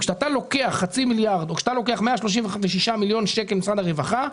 כשאתה לוקח חצי מיליארד או כשאתה לוקח 135 מיליון שקלים ממשרד הרווחה,